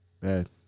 Bad